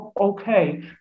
okay